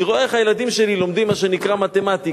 אני רואה איך הילדים שלי לומדים מה שנקרא מתמטיקה,